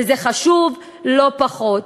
וזה חשוב לא פחות.